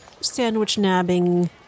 sandwich-nabbing